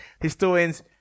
historians